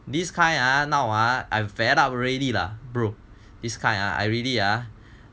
this kind ah now ah I fed up already lah bro this kind ah I really ah